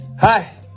Hi